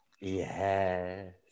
Yes